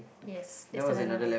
yes that's another one